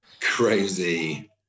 Crazy